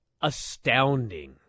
astounding